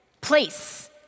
place